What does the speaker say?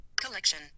Collection